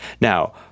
Now